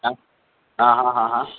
ہاں ہاں ہاں ہاں ہاں